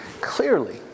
clearly